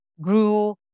grew